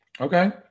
Okay